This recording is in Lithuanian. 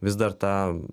vis dar ta